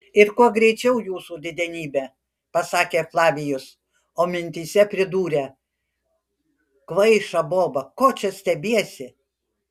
ir kuo greičiau jūsų didenybe pasakė flavijus o mintyse pridūrė kvaiša boba ko čia stebiesi